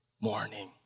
morning